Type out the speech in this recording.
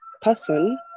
person